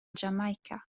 jamaica